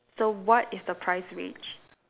so what is the price range